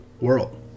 world